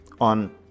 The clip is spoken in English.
on